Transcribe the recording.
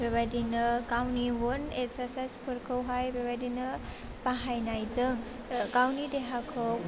बे बायदिनो गावनि वन इक्सार्साइसफोरखौहाय बेबायदिनो बाहायनायजों ओह गावनि देहाखौ